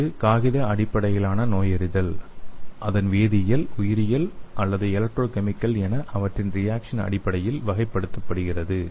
இந்த காகித அடிப்படையிலான நோயறிதல் அதன் வேதியியல் உயிரியல் அல்லது எலக்ட்ரோ கெமிக்கல் என அவற்றின் ரியாக்சன் அடிப்படையில் வகைப்படுத்தப்படுகிறது